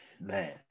man